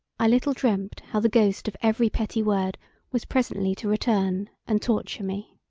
i little dreamt how the ghost of every petty word was presently to return and torture me.